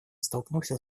столкнулся